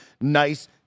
nice